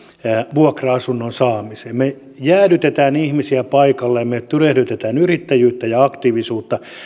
vuokra asunnon saamiseen me jäädytämme ihmisiä paikalleen me tyrehdytämme yrittäjyyttä ja aktiivisuutta